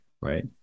right